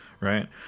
right